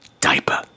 diaper